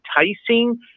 enticing